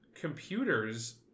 computers